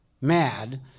Mad